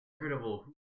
Incredible